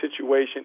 situation